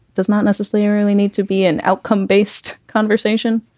does not necessarily need to be an outcome based conversation.